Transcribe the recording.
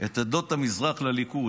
את עדות המזרח לליכוד.